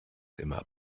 immer